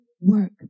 work